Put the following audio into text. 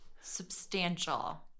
Substantial